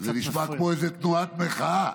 זה נשמע כמו איזו תנועת מחאה.